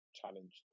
challenge